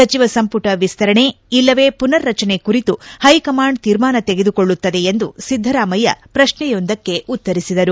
ಸಚಿವ ಸಂಪುಟ ವಿಸ್ತರಣೆ ಇಲ್ಲವೇ ಪುನರ್ ರಚನೆ ಕುರಿತು ಹೈ ಕಮಾಂಡ್ ತೀರ್ಮಾನ ತೆಗೆದುಕೊಳ್ಳುತ್ತದೆ ಎಂದು ಸಿದ್ದರಾಮಯ್ಯ ಪ್ರಶ್ನೆಯೊಂದಕ್ಕೆ ಉತ್ತರಿಸಿದರು